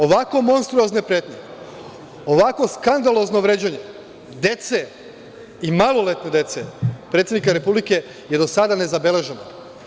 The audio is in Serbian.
Ovako monstruozne pretnje, ovako skandalozno vređanje dece i maloletne dece predsednika Republike je do sada nezabeleženo.